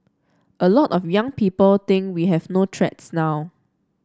a lot of young people think we have no threats now